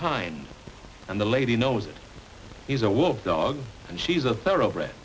kind and the lady knows that he's a wolf dog and she's a thoroughbred